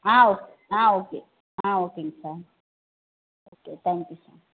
ஆ ஆ ஓகே ஆ ஓகேங்க sir okay thank you sir